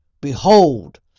behold